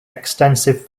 extensive